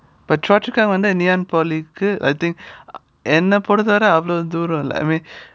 but choa chu kang ngee ann polytechnic கு என்ன பொறுத்த வர அவ்வளவு தூரம் இல்லை:ku enna porutha vara avalavu thooram illai I mean